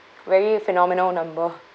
very phenomenal number